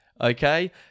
okay